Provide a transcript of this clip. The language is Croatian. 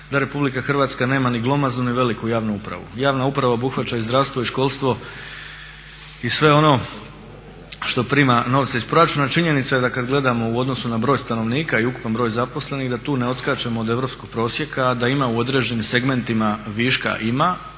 da RH nema ni glomaznu ni veliku javnu upravu. Javna uprava obuhvaća i zdravstvo i školstvo i sve ono što prima novce iz proračuna. Činjenica je da kad gledamo u odnosu na broj stanovnika i ukupan broj zaposlenih da tu ne odskačemo od europskog prosjeka, a da ima u određenim segmentima viška ima